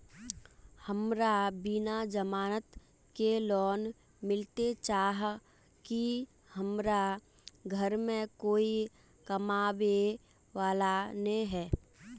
हमरा बिना जमानत के लोन मिलते चाँह की हमरा घर में कोई कमाबये वाला नय है?